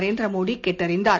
நரேந்திர மோடி கேட்டறிந்தார்